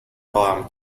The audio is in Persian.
خواهم